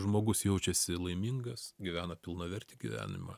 žmogus jaučiasi laimingas gyvena pilnavertį gyvenimą